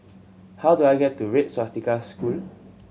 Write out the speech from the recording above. how do I get to Red Swastika School